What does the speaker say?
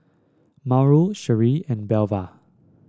Mauro Sherree and Belva